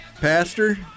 Pastor